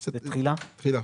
תחילה.